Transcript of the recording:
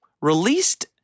released